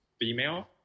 female